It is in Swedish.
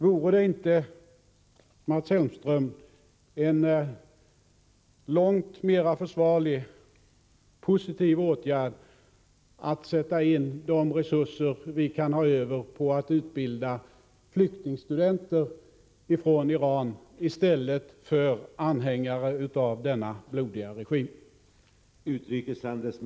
Vore det inte, Mats Hellstörm, en långt mera försvarlig positiv åtgärd att sätta in de resurser vi kan ha över på att utbilda flyktingstudenter från Iran i stället för anhängare av denna blodiga regim?